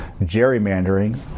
Gerrymandering